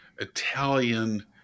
Italian